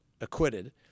acquitted